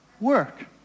Work